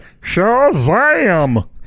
Shazam